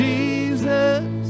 Jesus